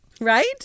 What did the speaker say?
Right